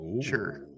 Sure